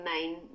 main